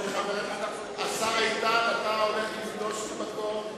השר איתן, אתה גולש למקום,